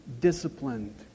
disciplined